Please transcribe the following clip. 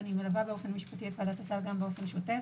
ואני מלווה באופן משפטי את ועדת הסל באופן שוטף,